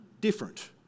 different